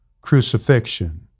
crucifixion